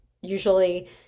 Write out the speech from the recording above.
usually